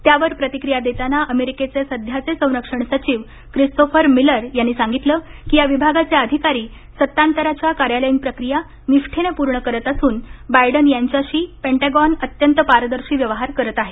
त्यावर प्रतिक्रिया देताना अमेरिकेचे सध्याचे संरक्षण सचिव क्रिस्तोफर मिलर यांनी सांगितलं की या विभागाचे अधिकारी सत्तांतराच्या कार्यालयीन प्रक्रिया निष्ठेने पूर्ण करत असून बायडन यांच्याशी पेन्टॅगॉन अत्यंत पारदर्शी व्यवहार करत आहे